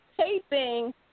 taping